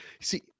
see